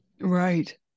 Right